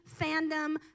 fandom